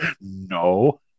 No